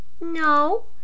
No